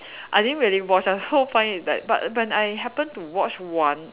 I didn't really watch the whole point is that but but when I happen to watch one